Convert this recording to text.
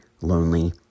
lonely